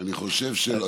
אני חושב שלא.